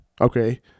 okay